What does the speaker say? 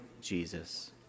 Jesus